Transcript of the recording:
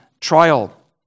trial